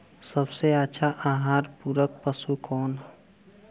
सबसे अच्छा आहार पूरक पशु कौन ह?